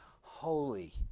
holy